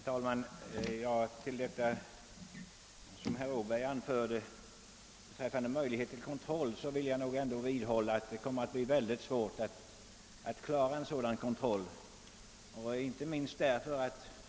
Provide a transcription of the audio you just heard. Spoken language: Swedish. Herr talman! Herr Åberg nämnde möjligheterna till kontroll, men jag vidhåller att det kommer att bli mycket svårt att klara av en sådan.